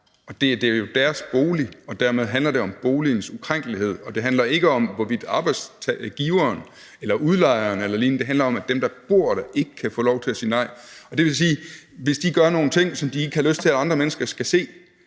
Det er jo deres bolig, og dermed handler det jo om boligens ukrænkelighed. Det handler ikke om arbejdsgiveren eller udlejeren eller lignende – det handler om, at dem, der bor der, ikke kan få lov til at sige nej. Det vil sige, at hvis de gør nogle ting, som de ikke har lyst til at andre mennesker skal se,